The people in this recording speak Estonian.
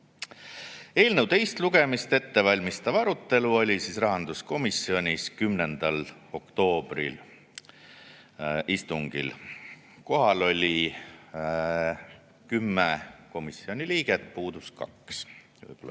teist lugemist ettevalmistav arutelu oli rahanduskomisjonis 10. oktoobri istungil. Kohal oli kümme komisjoni liiget, puudus kaks.